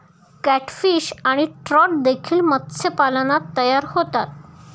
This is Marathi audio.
कॅटफिश आणि ट्रॉट देखील मत्स्यपालनात तयार होतात